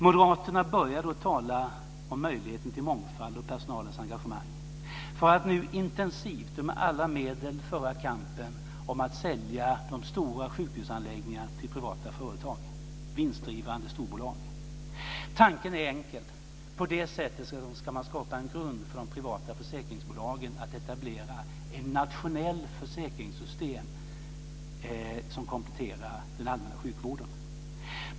Moderaterna började att tala om möjligheten till mångfald och personalens engagemang, för att nu intensivt och med alla medel föra kampen om att sälja de stora sjukhusanläggningarna till privata företag, vinstdrivande storbolag. Tanken är enkel: På det sättet ska man skapa en grund för de privata försäkringsbolagen att etablera ett nationellt försäkringssystem som kompletterar den allmänna sjukvården.